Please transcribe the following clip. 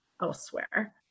elsewhere